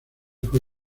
fue